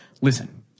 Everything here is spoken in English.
listen